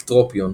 אקטרופיון,